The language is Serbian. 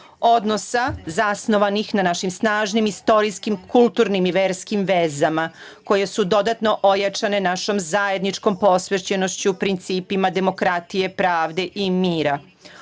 Odnosa zasnovanih na našim snažnim, istorijskim, kulturnim i verskim vezama, koje su dodatno ojačane našom zajedničkom posvećenošću, principima demokratije, pravde i mira,